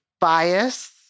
bias